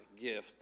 gift